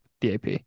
DAP